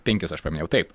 penkis aš paminėjau taip